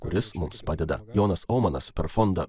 kuris mums padeda jonas omanas per fondą